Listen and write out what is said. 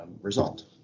result